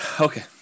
Okay